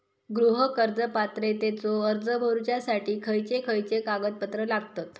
गृह कर्ज पात्रतेचो अर्ज भरुच्यासाठी खयचे खयचे कागदपत्र लागतत?